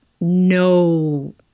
no